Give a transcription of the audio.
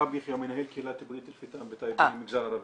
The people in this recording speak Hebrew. מנהל קהילת טיפולית אלפטאם בטייבה, במגזר הערבי.